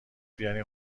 بیارین